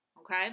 Okay